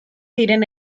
diren